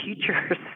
teachers